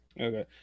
Okay